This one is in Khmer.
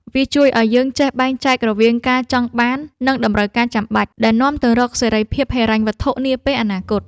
វាជួយឱ្យយើងចេះបែងចែករវាង ការចង់បាន និង តម្រូវការចាំបាច់ ដែលនាំទៅរកសេរីភាពហិរញ្ញវត្ថុនាពេលអនាគត។